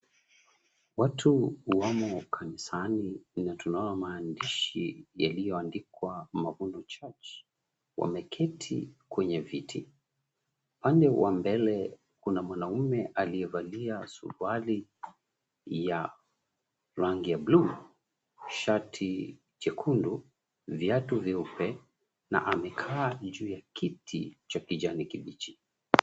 Watu wamo kanisani na tunaona maandishi yalioandikwa "MAVUNO CHURCH" wameketi kwenye viti. Upande wa mbele kuna mwanaume aliyevalia suruali ya rangi ya buluu, shati jekundu, viatu vyeupe na amekaa juu ya kiti cha kijani kibichi.